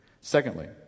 secondly